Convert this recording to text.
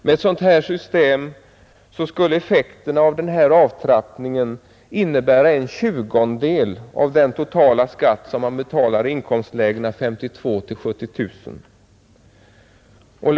Med ett sådant här system skulle effekten av avtrappningen innebära en tjugondedel av den totala skatt som man betalar i inkomstlägena 52 000-70 000 kronor.